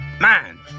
Man